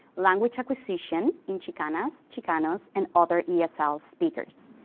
language acquisition in chicanas, chicanos and other esl speakers.